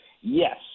Yes